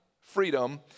freedom